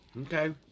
Okay